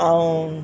ऐं